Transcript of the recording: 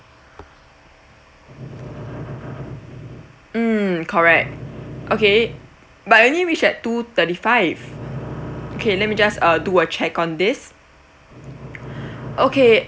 mm correct okay but it only reach at two thirty five okay let me just uh do a check on this okay